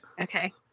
Okay